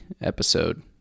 episode